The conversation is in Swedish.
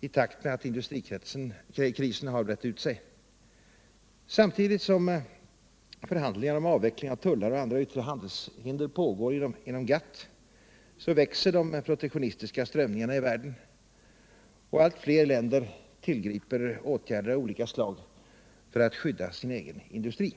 i takt med att industrikrisen brett ut sig. Samtidigt som förhandlingar om avveckling av tullar och andra yttre handelshinder pågår inom GATT växer de protektionistiska strömningarna i världen, och allt fler länder tillgriper åtgärder av olika slag för att skydda sin egen industri.